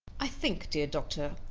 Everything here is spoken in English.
i think, dear doctor,